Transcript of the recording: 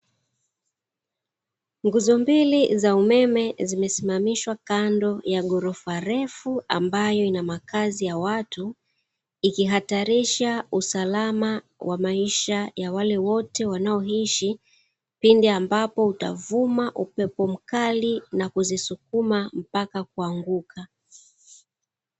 Nguzo mbili za umeme zimesimamishwa kando ya ghorofa refu; ambayo ina makazi ya watu, ikihatarisha usalama wa maisha ya wale wote wanaoishi, pindi ambapo utavuma upepo mkali na kuzisukuma mpaka kuanguka.